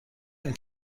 این